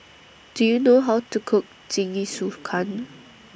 Do YOU know How to Cook Jingisukan